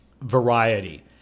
Variety